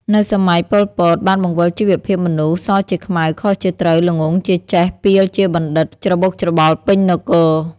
នៅ សម័យ ប៉ុល ពត បានបង្វិលជីវភាពមនុស្ស សជាខ្មៅ ខុសជាត្រូវ ល្ងង់ ជាចេះ ពាល ជាបណ្ឌិត ច្របូកច្របល់ពេញនគរ។